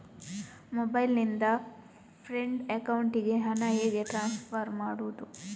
Mobile ನಿಂದ friend ಅಕೌಂಟಿಗೆ ಹಣ ಹೇಗೆ ಟ್ರಾನ್ಸ್ಫರ್ ಮಾಡುವುದು?